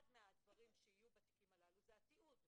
אחד מהדברים שיהיו בתיקים הללו זה התיעוד,